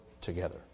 together